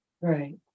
Right